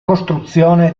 costruzione